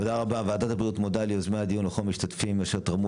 ועדת הבריאות מודה ליוזמי הדיון ולכל המשתתפים אשר תרמו